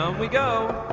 ah we go